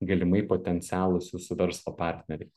galimai potencialūs jūsų verslo partneriai